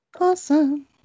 Awesome